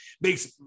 makes